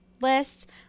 list